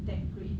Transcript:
that great